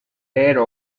air